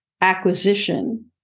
acquisition